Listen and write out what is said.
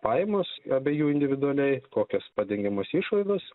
pajamos abiejų individualiai kokios padengiamos išlaidos